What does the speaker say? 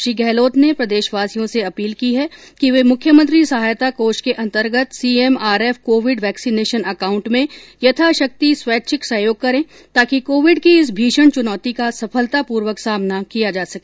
श्री गइलोत ने प्रदेशवासियों से अपील की है कि वे मुख्यमंत्री सहायता कोष के अन्तर्गत C M R F COVID vaccination account में यथाशक्ति स्वैच्छिक सहयोग करें ताकि कोविड की इस भीषण चुनौती का सफलतापूर्वक सामना किया जा सके